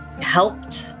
helped